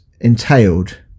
entailed